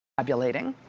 tabulating.